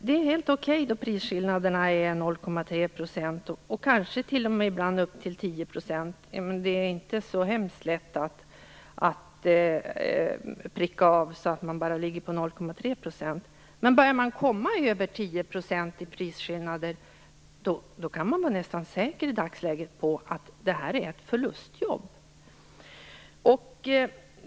Det är helt okej när prisskillnaderna från 0,3 % och kanske upp till 10 %. Det är inte så lätt att hålla sig på 0,3 %, men om man börjar komma över 10 % kan man vara nästan säker på att det rör sig om ett rent förlustjobb.